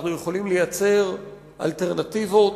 אנחנו יכולים לייצר אלטרנטיבות,